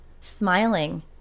Smiling